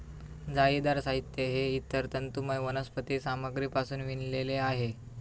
जाळीदार साहित्य हे इतर तंतुमय वनस्पती सामग्रीपासून विणलेले आहे